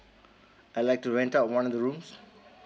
I like to rent out one of the rooms